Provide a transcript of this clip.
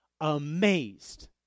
amazed